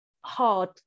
hard